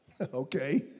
okay